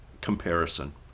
comparison